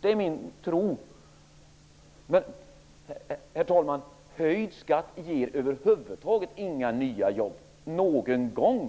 det är min tro. Men höjd skatt ger över huvud taget inga nya jobb någon gång.